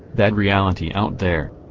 that reality out there.